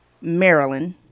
Maryland